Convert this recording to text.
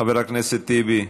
חבר הכנסת טיבי,